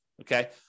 okay